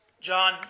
John